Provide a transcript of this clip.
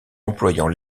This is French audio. employant